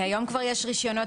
כי היום כבר יש רישיונות,